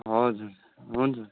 हजुर हुन्छ